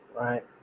right